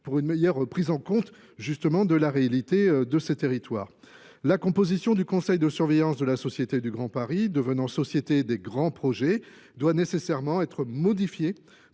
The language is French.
Pour une meilleure prise en compte justement de la réalité de ces territoires la composition du conseil de surveillance de la société du Grand Paris devenant société des grands projets doit nécessairement être modifié